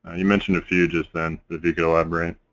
and you mentioned a few just then if you could elaborate.